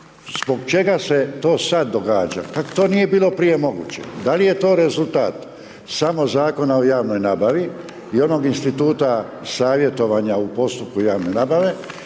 zbog čega se to sada događa? Kako to nije bilo prije moguće? Da li je to rezultat samo Zakona o javnoj nabavi i onog instituta savjetovanja u postupku javne nabave